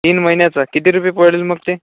तीन महिन्याचा किती रुपये पडेल मग ते